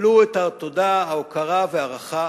קבלו את התודה, ההוקרה וההערכה